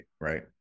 right